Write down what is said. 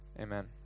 amen